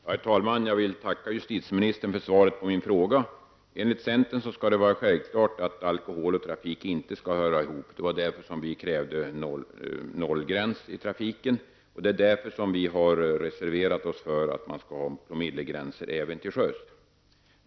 Herr talman! Jag vill tacka justitieministern för svaret på min fråga. Enligt centern är det självklart att alkohol och trafik inte hör ihop. Därför krävde vi nollgräns i trafiken och reserverade oss för att man skall ha promillegränser även till sjöss.